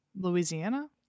Louisiana